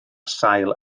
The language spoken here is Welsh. sail